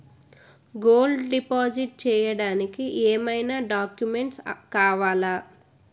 Gold deposit చేయడానికి ఏమైనా documents కావాలా?